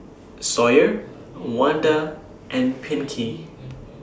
Sawyer Wanda and Pinkney